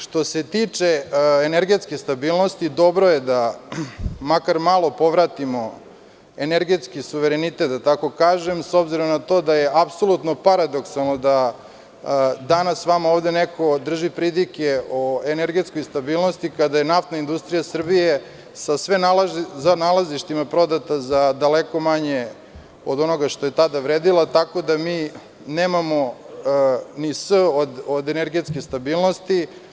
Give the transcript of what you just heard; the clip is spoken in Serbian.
Što se tiče energetske stabilnosti, dobro je da makar malo povratimo energetski suverenitet, s obzirom na to da je apsolutno paradoksalno da danas vama ovde neko drži pridike o energetskoj stabilnosti kada je Naftna industrija Srbije sa sve nalazištima prodata za daleko manje od onoga što je tada vredela, tako da mi nemamo ni „s“ od energetske stabilnosti.